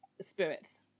spirits